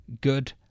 good